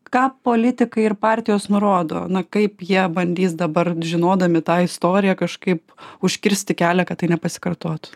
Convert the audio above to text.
ką politikai ir partijos nurodo na kaip jie bandys dabar žinodami tą istoriją kažkaip užkirsti kelią kad tai nepasikartotų